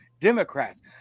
Democrats